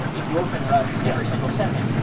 like endorphin rush every single second.